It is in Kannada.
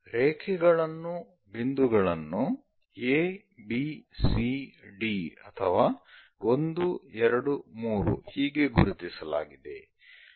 ರೇಖೆಗಳನ್ನು ಬಿಂದುಗಳನ್ನು a b c d ಅಥವಾ 1 2 3 ಹೀಗೆ ಗುರುತಿಸಲಾಗಿದೆ